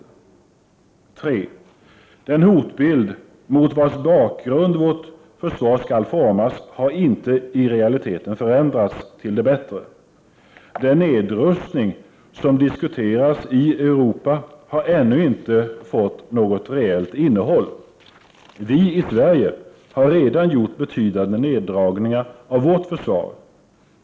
För det tredje har den hotbild, mot vars bakgrund vårt försvar skall formas, i realiteten inte förändrats till det bättre. Den nedrustning som diskuteras i Europa har ännu inte fått något reellt innehåll. Vi i Sverige har redan gjort betydande neddragningar av vårt försvar.